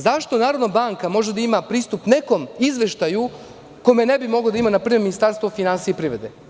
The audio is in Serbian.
Zašto Narodna banka može da ima pristup nekom izveštaju kojem ne bi moglo da ima, na primer, Ministarstvo finansija i privrede?